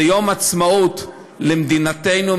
זה יום עצמאות למדינתנו,